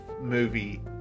movie